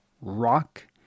rock